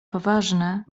poważne